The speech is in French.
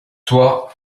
toi